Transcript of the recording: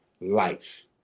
life